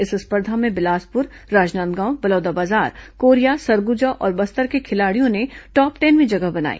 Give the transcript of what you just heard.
इस स्पर्धा में बिलासपुर राजनांदगांव बलौदाबाजार कोरिया सरगुजा और बस्तर के खिलाड़ियों ने टॉप टेन में जगह बनाई